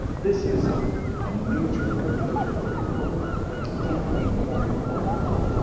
this is a major ordeal for you, one that can't be borne alone.